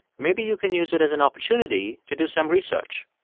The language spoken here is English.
maybe you can use it as an opportunity to do some research,